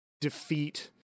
defeat